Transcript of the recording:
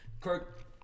Kirk